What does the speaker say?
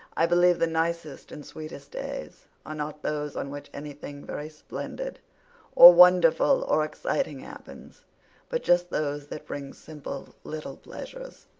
i believe the nicest and sweetest days are not those on which anything very splendid or wonderful or exciting happens but just those that bring simple little pleasures,